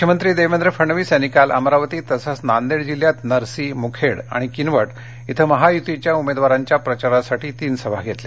मुख्यमंत्री देवेंद्र फडणवीस यांनी काल अमरावती तसंच नांदेड जिल्ह्यात नरसी मुखेड आणि किनवट क्विं महायुतीच्या उमेदवाराच्या प्रचारासाठी तीन सभा घेतल्या